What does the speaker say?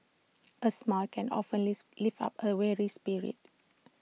A smile can often lease lift up A weary spirit